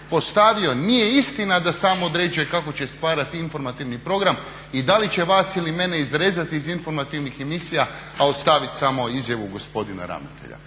postavio, nije istina da sam određuje kako će stvarati informativni program i da li će vas ili mene izrezati iz informativnih emisija, a ostavit samo izjavu gospodina ravnatelja.